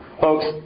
Folks